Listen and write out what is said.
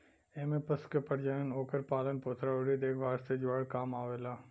एमे पशु के प्रजनन, ओकर पालन पोषण अउरी देखभाल से जुड़ल काम आवेला